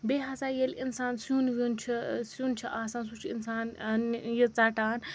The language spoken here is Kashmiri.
بیٚیہِ ہَسا ییٚلہِ اِنسان سیُن ویُن چھُ سیُن چھُ آسان سُہ چھُ اِنسان یہِ ژَٹان